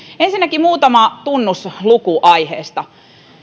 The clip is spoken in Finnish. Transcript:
ensinnäkin muutama tunnusluku aiheesta